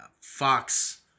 fox